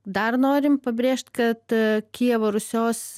dar norim pabrėžt kad kijevo rusios